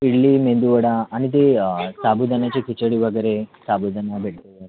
इडली मेदू वडा आणि ते साबुदाण्याची खिचडी वगैरे साबुदाणा भेटतो